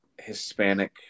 Hispanic